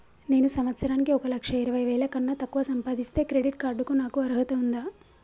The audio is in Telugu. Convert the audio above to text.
నేను సంవత్సరానికి ఒక లక్ష ఇరవై వేల కన్నా తక్కువ సంపాదిస్తే క్రెడిట్ కార్డ్ కు నాకు అర్హత ఉందా?